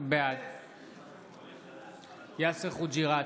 בעד יאסר חוג'יראת,